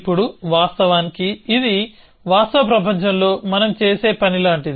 ఇప్పుడు వాస్తవానికిఇది వాస్తవ ప్రపంచంలో మనం చేసే పని లాంటిది